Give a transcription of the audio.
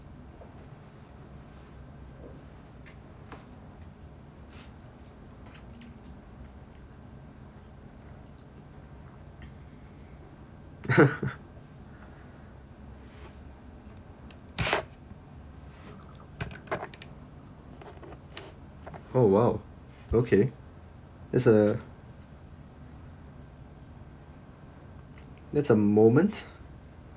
oh !wow! okay that's uh that's a moment